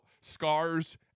Scars